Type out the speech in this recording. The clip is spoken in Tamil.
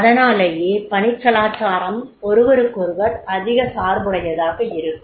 அதனாலேயே பணிக்கலாச்சாரம் ஒருவருக்கொருவர் அதிக சார்புடையதாக இருக்கும்